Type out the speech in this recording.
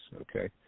okay